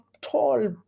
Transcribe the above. tall